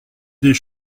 des